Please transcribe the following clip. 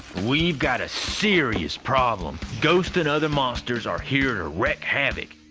we've got a serious problem ghosts and other monsters are here to wreak havoc.